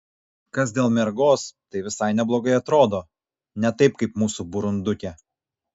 kas dėl mergos tai visai neblogai atrodo ne taip kaip mūsų burundukė